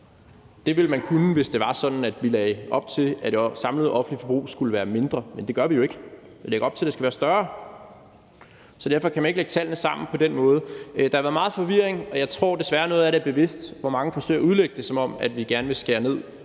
Det ville man kunne, hvis det var sådan, at vi lagde op til, at det samlede offentlige forbrug skulle være mindre, men det gør vi jo ikke. Vi lægger op til, at det skal være større. Så derfor kan man ikke lægge tallene sammen på den måde. Der har været meget forvirring, og jeg tror, at noget af det desværre er bevidst, nemlig at mange forsøger at udlægge det, som om at vi gerne vil skære ned